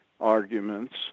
arguments